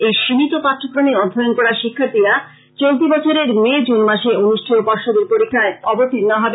এই সীমিত পাঠ্যক্রমে অধ্যয়ন করা শিক্ষার্থীরা চলতি বছরের মে জুন মাসে অনুষ্ঠেয় পর্ষদের পরীক্ষায় অবতীর্ন হবে